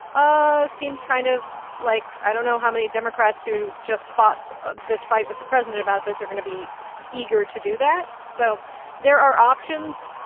ah seems kind of like i don't know how many democrats who just fought ah this fight with the president about this are going to be eager to do that. so there are options.